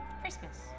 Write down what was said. Christmas